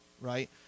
right